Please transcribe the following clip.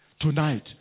Tonight